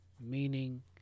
Meaning